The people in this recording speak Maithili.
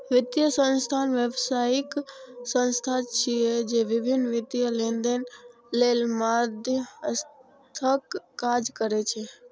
वित्तीय संस्थान व्यावसायिक संस्था छिय, जे विभिन्न वित्तीय लेनदेन लेल मध्यस्थक काज करै छै